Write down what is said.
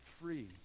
free